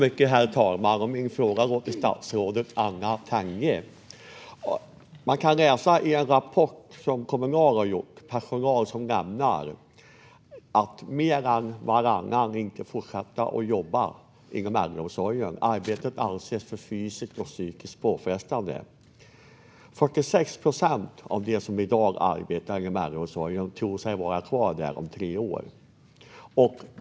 Herr talman! Min fråga går till statsrådet Anna Tenje. I en rapport som Kommunal har gjort, Personal som lämnar , kan vi läsa att mer än varannan som jobbar inom äldreomsorgen inte vill fortsätta att göra det. Arbetet anses vara för fysiskt och psykiskt påfrestande. Av dem som i dag arbetar i äldreomsorgen tror sig 46 procent vara kvar där om tre år.